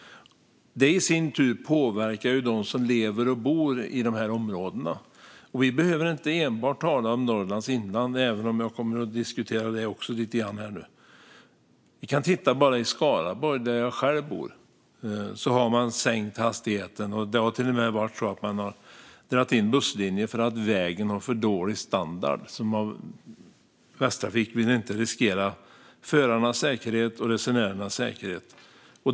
Det påverkar i sin tur dem som lever och bor i de områdena. Vi behöver inte tala enbart om Norrlands inland, även om jag kommer att diskutera det också lite grann. Vi kan titta på Skaraborg, där jag själv bor. Där har man sänkt hastigheten. Man har till och med dragit in busslinjer för att vägen har för dålig standard. Västtrafik vill inte riskera förarnas och resenärernas säkerhet.